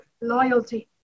loyalty